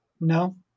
No